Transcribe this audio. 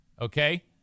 okay